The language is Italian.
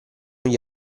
gli